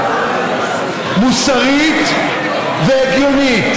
מוסרית והגיונית.